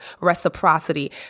reciprocity